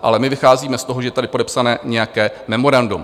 Ale my vycházíme z toho, že tady je podepsané nějaké memorandum.